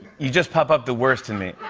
you just pop up the worst in me.